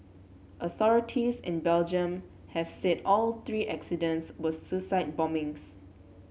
authorities in Belgium have said all three incidents were suicide bombings